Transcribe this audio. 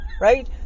right